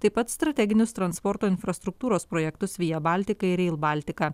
taip pat strateginius transporto infrastruktūros projektus via baltica ir rail baltica